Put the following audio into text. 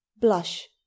blush